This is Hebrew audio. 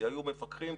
היו מפקחים,